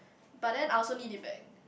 but then I also need it back